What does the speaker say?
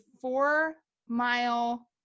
four-mile